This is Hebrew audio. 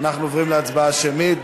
אנחנו עוברים להצבעה שמית.